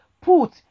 put